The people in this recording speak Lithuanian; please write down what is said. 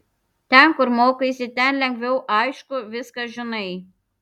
ten kur mokaisi ten lengviau aišku viską žinai